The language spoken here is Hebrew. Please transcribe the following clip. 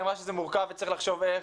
היא אמרה שזה מורכב וצריך לחשוב איך.